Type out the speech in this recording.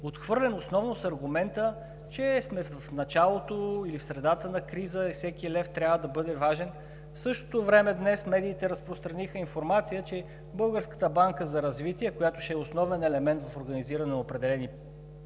отхвърлен основно с аргумента, че сме в началото или средата на криза и всеки лев трябва да бъде важен. В същото време днес медиите разпространиха информация, че Българската банка за развитие, която ще е основен елемент в организиране на определени помощи,